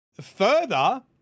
further